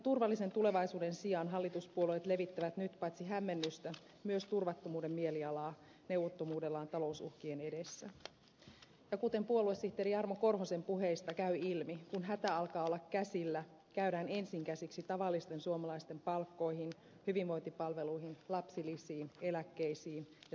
turvallisen tulevaisuuden sijaan hallituspuolueet levittävät nyt paitsi hämmennystä myös turvattomuuden mielialaa neuvottomuudellaan talousuhkien edessä ja kuten puoluesihteeri jarmo korhosen puheista käy ilmi kun hätä alkaa olla käsillä käydään ensin käsiksi tavallisten suomalaisten palkkoihin hyvinvointipalveluihin lapsilisiin eläkkeisiin ja sosiaaliturvaan